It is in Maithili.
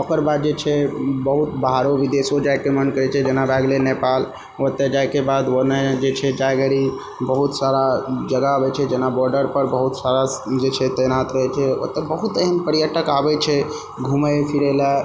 ओकरबाद जे छै बहुत बाहरो विदेशो जायके मन करै छै जेना भए गेलै नेपाल ओतय जायके बाद ओहिनाहि जे छै बहुत सारा जगह अबै छै जेना बॉर्डरपर बहुत सारा जे छै तैनात रहै छै ओतय बहुत एहन पर्यटक आबै छै घुमै फिरै लए